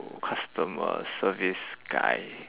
customer service guy